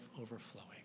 overflowing